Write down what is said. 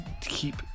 keep